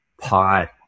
pot